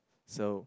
so